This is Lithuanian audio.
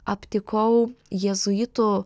aptikau jėzuitų